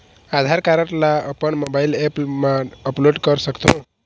आधार card ला अपन mobile app मा अपलोड कर सकथों?